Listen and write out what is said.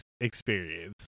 experience